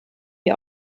wie